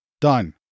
Done